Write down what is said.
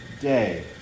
day